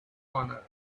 honor